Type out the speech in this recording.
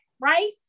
right